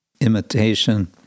imitation